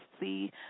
see